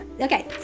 Okay